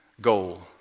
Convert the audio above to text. goal